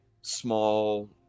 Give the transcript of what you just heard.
small